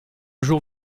jour